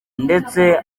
ndetse